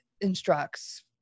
instructs